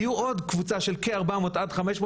יהיו עוד קבוצה של כארבע מאות עד חמש מאות